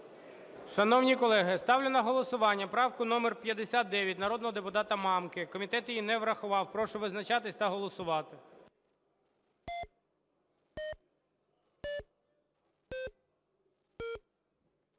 Шановні колеги, ставлю на голосування правку номер 59 народного депутата Мамки. Комітет її не врахувати. Прошу визначатись та голосувати.